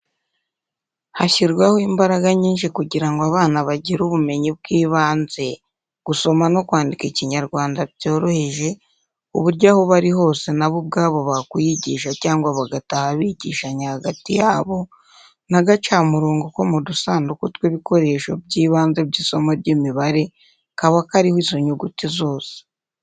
Hashyirwaho imbaraga nyinshi kugira ngo abana bagire ubumenyi bw'ibanze, gusoma no kwandika Ikinyarwanda byoroheje, ku buryo aho bari hose na bo ubwabo bakwiyigisha cyangwa bagataha bigishanya hagati yabo n'agacamurongo ko mu dusanduku tw'ibikoresho by'ibanze by'isomo ry'imibare kaba kariho izo nyuguti zose.